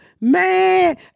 Man